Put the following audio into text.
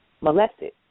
molested